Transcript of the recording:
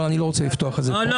אבל אני לא רוצה לפתוח את זה פה,